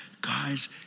Guys